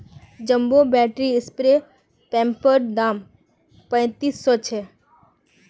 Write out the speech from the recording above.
jumbo battery spray पंपैर दाम पैंतीस सौ छे